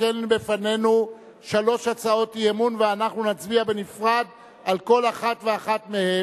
שכן בפנינו שלוש הצעות אי-אמון ואנחנו נצביע בנפרד על כל אחת ואחת מהן.